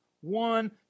one